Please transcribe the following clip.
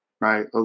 right